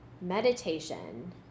Meditation